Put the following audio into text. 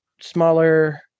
smaller